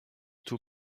two